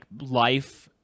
life